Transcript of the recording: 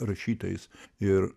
rašytojais ir